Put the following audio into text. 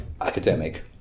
academic